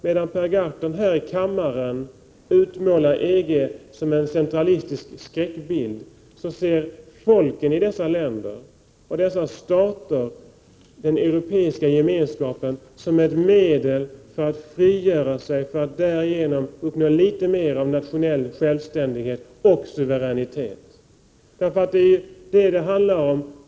Medan Per Gahrton här i kammaren utmålar EG som en centralistisk skräckbild, ser folken i dessa länder och stater den europeiska gemenskapen som ett medel för att frigöra sig och för att därigenom uppnå litet mer av nationell självständighet och suveränitet. Det är ju det som det handlar om.